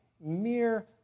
mere